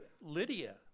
Lydia